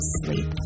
sleep